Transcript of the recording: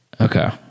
okay